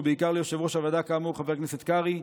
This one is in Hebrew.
ובעיקר ליושב-ראש הוועדה כאמור חבר הכנסת קרעי,